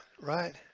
right